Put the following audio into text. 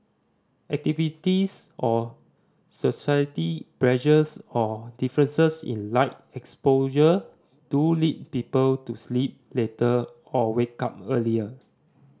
activities or society pressures or differences in light exposure do lead people to sleep later or wake up earlier